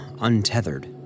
untethered